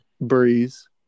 Breeze